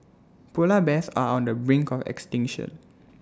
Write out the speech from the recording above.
Polar Bears are on the brink of extinction